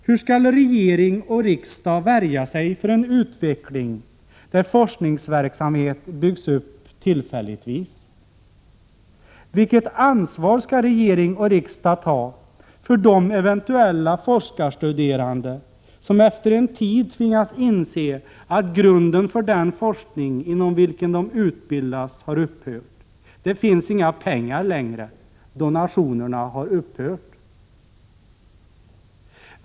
Hur skall regering och riksdag värja sig för en utveckling där forskningsverksamhet byggs upp tillfälligtvis? Vilket ansvar skall regering och riksdag ta för de eventuella forskarstuderande som efter en tid tvingas inse att grunden för den forskning inom vilken de utbildas har upphört? Det finns inga pengar längre — donationerna har upphört.